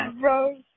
bro